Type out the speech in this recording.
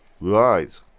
Right